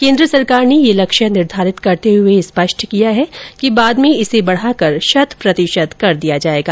केन्द्र सरकार ने यह लक्ष्य निर्घारित करते हुए स्पष्ट किया है कि बाद में इसे बढ़ाकर शत प्रतिशत कर दिया जायेगा